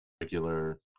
regular